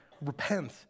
Repent